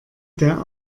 der